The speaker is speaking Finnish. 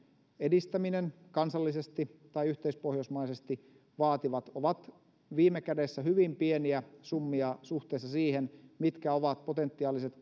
edistäminen kansallisesti tai yhteispohjoismaisesti vaativat ovat viime kädessä hyvin pieniä summia suhteessa siihen mitkä ovat potentiaaliset